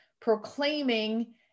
proclaiming